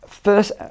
First